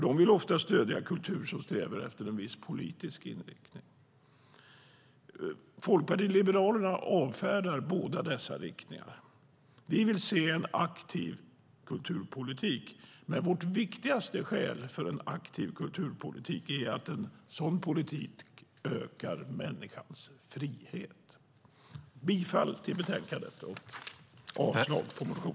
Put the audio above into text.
De vill ofta stödja kultur som strävar efter en viss politisk linje. Folkpartiet liberalerna avfärdar båda dessa riktningar. Vi vill se en aktiv kulturpolitik, men vårt viktigaste skäl för en aktiv kulturpolitik är att en sådan politik ökar människans frihet. Jag yrkar bifall till förslaget i betänkandet och avslag på motionerna.